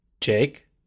Jake